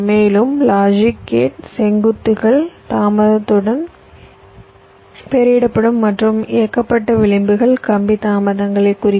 மேலும் logic gate செங்குத்துகள் தாமதங்களுடன் பெயரிடப்படும் மற்றும் இயக்கப்பட்ட விளிம்புகள் கம்பி தாமதங்களைக் குறிக்கும்